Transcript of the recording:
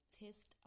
test